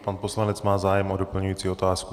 Pan poslanec má zájem o doplňující otázku.